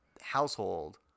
household